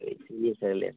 इसलिये पहले